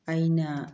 ꯑꯩꯅ